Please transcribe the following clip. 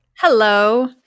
Hello